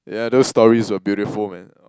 yeah those stories were beautiful man